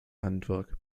handwerk